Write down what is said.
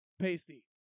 Pasty